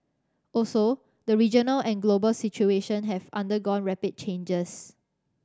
also the regional and global situation have undergone rapid changes